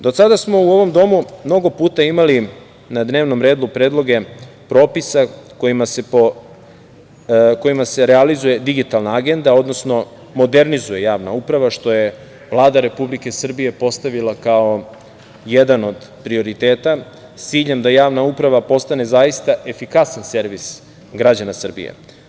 Do sada smo u ovom domu, mnogo puta imali na dnevnom redu predloge propisa, kojima se realizuje digitalna agenda, odnosno modernizuje javna uprava što je Vlada Republike Srbije postavila kao jedan od prioriteta , s ciljem da javna uprava postane zaista efikasan servis građana Srbije.